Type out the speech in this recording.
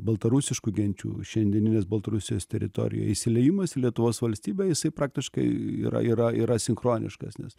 baltarusiškų genčių šiandieninės baltarusijos teritorijoj įsiliejimas į lietuvos valstybę jisai praktiškai yra yra yra sinchroniškas nes